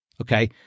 okay